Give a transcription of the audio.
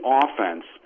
offense